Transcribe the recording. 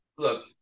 Look